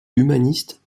humaniste